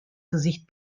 gesicht